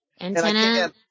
Antenna